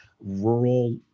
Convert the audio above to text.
rural